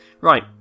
Right